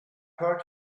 heard